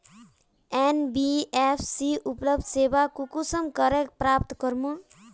NBFC उपलब्ध सेवा कुंसम करे प्राप्त करूम?